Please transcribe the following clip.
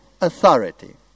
authority